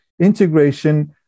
integration